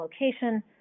location